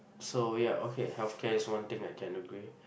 so yeah okay healthcare is one thing I can agree